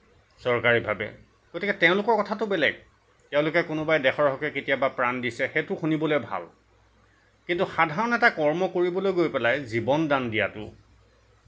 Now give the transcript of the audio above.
চৰকাৰীভাৱে গতিকে তেওঁলোকৰ কথাটো বেলেগ তেওঁলোকে কোনোবাই দেশৰ হকে কেতিয়াবা প্ৰাণ দিছে সেইটো শুনিবলৈ ভাল কিন্তু সাধাৰণ এটা কৰ্ম কৰিবলৈ গৈ পেলাই জীৱন দান দিয়াটো